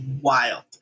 wild